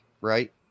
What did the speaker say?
right